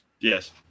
Yes